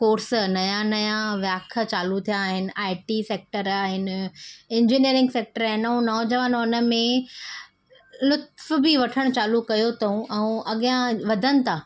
course नयां नयां वियाख चालू थिया आहिनि आइ टी सेक्टर आहिनि इंजीनियरिंग सेक्टर आहिनि नौजवान उनमें लुत्फु बि वठणु चालू कयो अथऊं ऐं अॻियां वधनि था